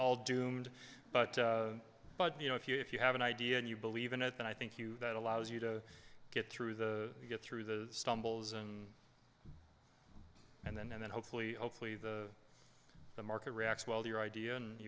all doomed but but you know if you if you have an idea and you believe in it and i think you that allows you to get through the you get through the stumbles and and then and then hopefully hopefully the the market reacts well your i